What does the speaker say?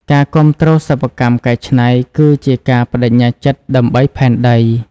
ការគាំទ្រសិប្បកម្មកែច្នៃ គឺជាការប្តេជ្ញាចិត្តដើម្បីផែនដី។